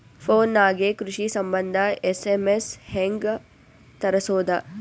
Phone ನಾಗೆ ಕೃಷಿ ಸಂಬಂಧ ಎಸ್.ಎಮ್.ಎಸ್ ಹೆಂಗ ತರಸೊದ?